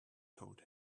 told